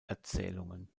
erzählungen